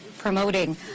promoting